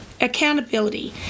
accountability